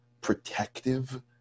protective